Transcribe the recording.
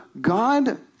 God